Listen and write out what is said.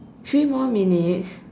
three more minutes